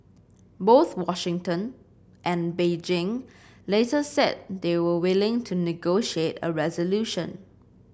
both Washington and Beijing later said they were willing to negotiate a resolution